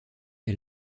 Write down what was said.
est